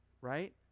Right